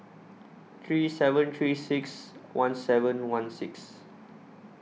three seven three six one seven one six